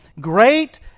great